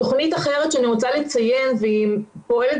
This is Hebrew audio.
תוכנית אחרת שאני רוצה לציין והיא פועלת